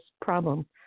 problem